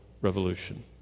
revolution